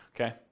Okay